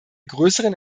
größeren